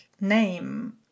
name